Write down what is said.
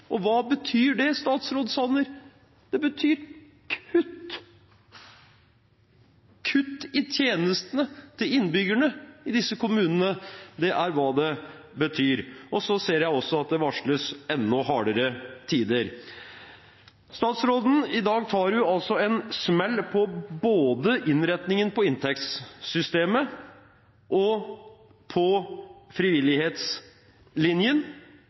prisstigningen. Hva betyr det, statsråd Sanner? Det betyr kutt i tjenestene til innbyggerne i disse kommunene. Det er hva det betyr. Og så ser jeg også at det varsles enda hardere tider. Statsråd, i dag tar du en smell både på innretningen på inntektssystemet og på frivillighetslinjen.